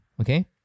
Okay